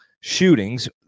shootings